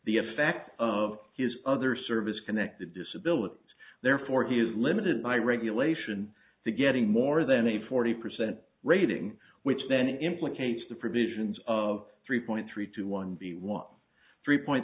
the effects of his other service connected disability therefore he is limited by regulation to getting more than a forty percent rating which then implicates the provisions of three point three two one b was three point